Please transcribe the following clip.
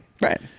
Right